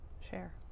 share